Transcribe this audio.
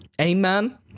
Amen